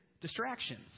distractions